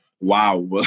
Wow